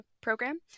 program